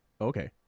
okay